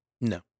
No